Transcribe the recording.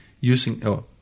using